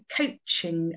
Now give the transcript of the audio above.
coaching